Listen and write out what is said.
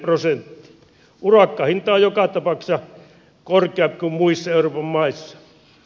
urakkahinta on joka tapauksessa korkeampi kuin muissa euroopan maissa